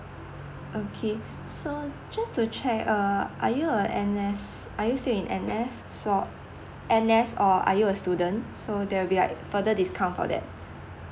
okay so just to check uh are you uh N_S are you still in N_F so N_S or are you a student so there will be like further discount for that